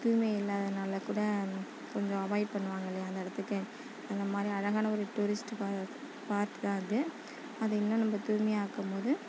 தூய்மை இல்லாததனால கூட கொஞ்சம் அவாய்ட் பண்ணுவாங்க இல்லையா அந்த இடத்துக்கு இந்த மாதிரி அழகான ஒரு டூரிஸ்ட் பார்ட் தான் அது அது இன்னும் நம்ம தூய்மையாக ஆக்கும்போது